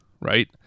right